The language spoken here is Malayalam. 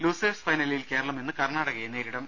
ലൂസേഴ്സ് ഫൈനലിൽ കേരളം ഇന്ന് കർണാടകയെ നേരിടും